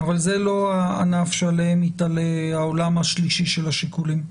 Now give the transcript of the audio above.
אבל זה לא הענף שעליהם ייתלה העולם השלישי של השיקולים.